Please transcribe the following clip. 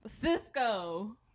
Cisco